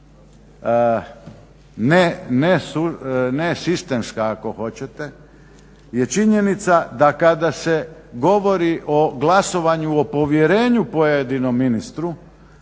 ne sistemska ako hoćete je činjenica da kada se govori o glasovanju o povjerenju pojedinom ministru